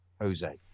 Jose